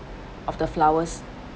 of the flowers